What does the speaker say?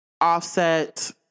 Offset